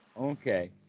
Okay